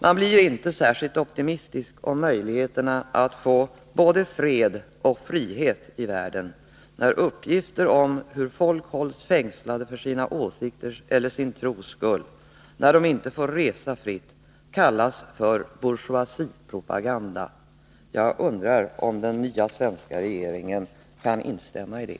Man blir inte särskilt optimistisk om möjligheterna att få både fred och frihet i världen när uppgifter om hur folk hålls fängslade för sina åsikters eller sin tros skull och om att de inte får resa fritt kallas för bourgeoisiepropaganda. Jag undrar om den nya svenska regeringen kan instämma i det.